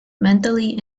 mentally